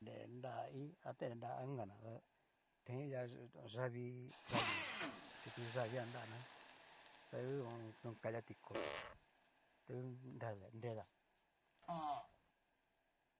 Nre nrai a tenre nra inkana tá, tan lia yavii, yaví nrikui yavii jan nrana ta hu ho o on, konaka lia tikoto ta ngu nredi nreda.